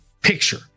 picture